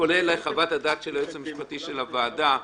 כולל חוות הדעת של היועץ המשפטי של הוועדה ואחרים,